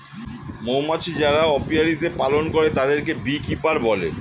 মৌমাছি যারা অপিয়ারীতে পালন করে তাদেরকে বী কিপার বলে